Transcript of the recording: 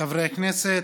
חברי הכנסת,